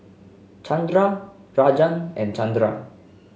Chandra Rajan and Chandra